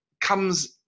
comes